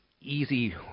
easy